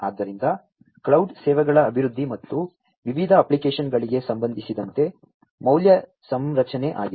ಆದ್ದರಿಂದ ಕ್ಲೌಡ್ ಸೇವೆಗಳ ಅಭಿವೃದ್ಧಿ ಮತ್ತು ವಿವಿಧ ಅಪ್ಲಿಕೇಶನ್ಗಳಿಗೆ ಸಂಬಂಧಿಸಿದಂತೆ ಮೌಲ್ಯ ಸಂರಚನೆ ಆಗಿದೆ